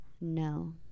No